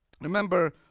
remember